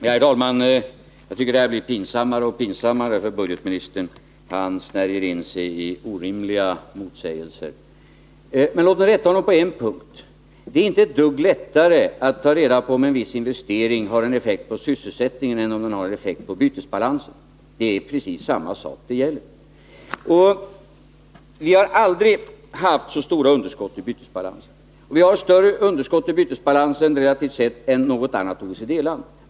Herr talman! Jag tycker att det här blir pinsammare och pinsammare för ekonomioch budgetministern. Han snärjer in sig i orimliga motsägelser. Men låt mig rätta honom på en punkt. Det är inte ett enda dugg lättare att ta reda på om en viss investering har effekt på sysselsättningen än att ta reda på om den har effekt på bytesbalansen — det är precis samma sak det gäller. Vi har aldrig haft så stort underskott i bytesbalansen som nu. Och vi har större underskott i bytesbalansen relativt sett än något annat OECD-land.